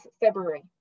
February